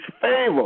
favor